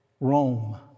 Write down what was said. Rome